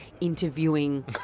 interviewing